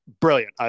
brilliant